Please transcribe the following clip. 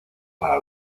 para